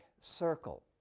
circle